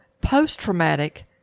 post-traumatic